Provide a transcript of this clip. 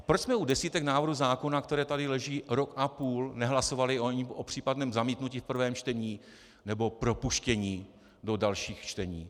Proč jsme u desítek návrhů zákonů, které tady leží rok a půl, nehlasovali ani o případném zamítnutí v prvém čtení nebo propuštění do dalších čtení?